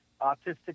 autistic